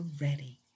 ready